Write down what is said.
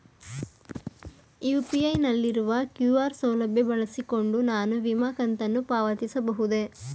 UPI ನಲ್ಲಿರುವ QR ಸೌಲಭ್ಯ ಬಳಸಿಕೊಂಡು ನಾನು ವಿಮೆ ಕಂತನ್ನು ಪಾವತಿಸಬಹುದೇ?